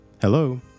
hello